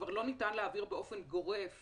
כבר לא ניתן להעביר באופן גורף